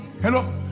Hello